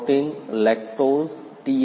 protein lactose T